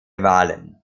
wahlen